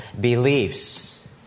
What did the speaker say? beliefs